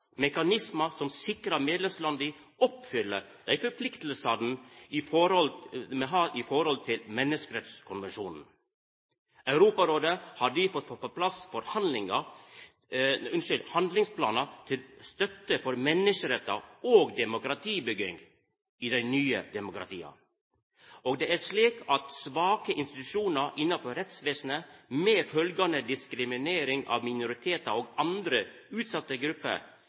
mekanismar som sikrar at medlemslanda oppfyller dei forpliktingane me har i høve til Menneskerettskonvensjonen. Europarådet har difor fått på plass handlingsplanar til støtte for menneskerettar og demokratibygging i dei nye demokratia. Og det er slik at svake institusjonar innanfor rettsvesenet, med følgjande diskrimering av minoritetar og andre utsette grupper,